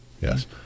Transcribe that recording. yes